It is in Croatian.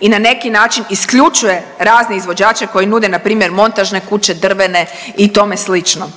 i na neki način isključuje razne izvođače koji nude npr. montažne kuće, drvene i tome slično.